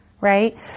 right